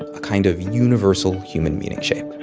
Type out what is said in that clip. a kind of universal human meaning shape